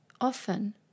often